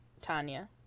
Tanya